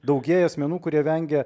daugėja asmenų kurie vengia